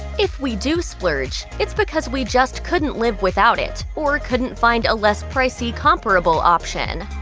if we do splurge, it's because we just couldn't live without it or couldn't find a less pricey comparable option.